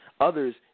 Others